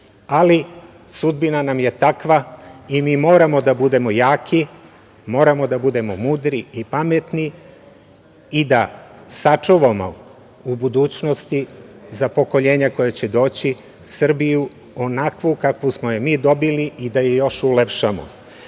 Ali sudbina nam je takva i mi moramo da budemo jaki, moramo da budemo mudri i pametni i da sačuvamo u budućnosti za pokoljenja koja će doći Srbiju onakvu kakvu smo je mi dobili i da je još ulepšamo. Srbija